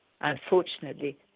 Unfortunately